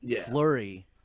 flurry